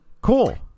Cool